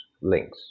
links